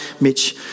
Mitch